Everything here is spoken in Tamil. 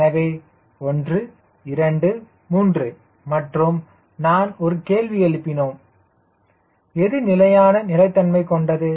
எனவே 1 2 3 மற்றும் நான் ஒரு கேள்வி எழுப்பினோம் எது நிலையான நிலைத்தன்மை கொண்டது